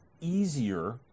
easier